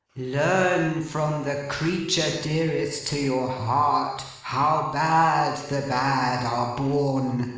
learn from the creature dearest to your heart, how bad the bad are born.